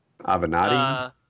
Avenatti